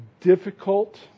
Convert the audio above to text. difficult